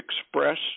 express